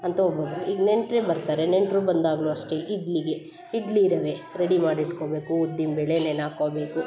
ಅಂತ ಒಬ್ಬೊಬ್ಬರು ಈಗ ನೆಂಟರೇ ಬರ್ತಾರೆ ನೆಂಟರು ಬಂದಾಗಲೂ ಅಷ್ಟೇ ಇಡ್ಲಿಗೆ ಇಡ್ಲಿ ರವೆ ರೆಡಿ ಮಾಡಿ ಇಟ್ಕೊಬೇಕು ಉದ್ದಿನ ಬೇಳೆ ನೆನೆ ಹಾಕೊಬೇಕು